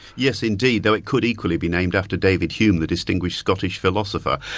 yes indeed, though it could equally be named after david hume, the distinguished scottish philosopher.